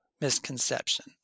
misconception